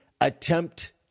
attempt